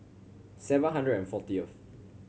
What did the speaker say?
seven hundred and fortieth